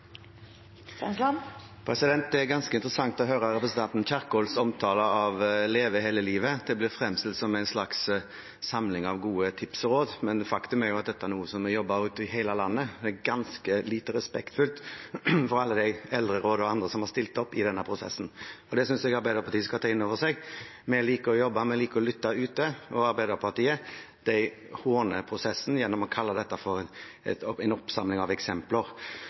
ganske interessant å høre representanten Kjerkols omtale av «Leve hele livet». Det blir fremstilt som en slags samling av gode tips og råd, men faktum er at dette er noe som er jobbet med i hele landet. Det er ganske lite respektfullt overfor alle de eldreråd og andre som har stilt opp i denne prosessen. Det synes jeg at Arbeiderpartiet skal ta inn over seg. Vi liker å jobbe, vi liker å lytte til folk ute. Arbeiderpartiet håner prosessen gjennom å kalle dette en samling av eksempler. Når det gjelder tallene, er det et